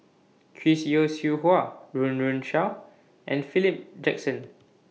Chris Yeo Siew Hua Run Run Shaw and Philip Jackson